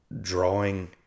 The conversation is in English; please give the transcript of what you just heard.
drawing